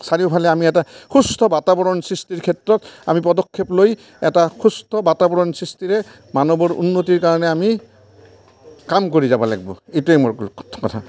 চাৰিওফালে আমি এটা সুস্থ বাতাবৰণ সৃষ্টিৰ ক্ষেত্ৰত আমি পদক্ষেপ লৈ এটা সুস্থ বাতাবৰণ সৃষ্টিৰে মানৱৰ উন্নতিৰ কাৰণে আমি কাম কৰি যাব লাগিব এইটোৱে মোৰ কথা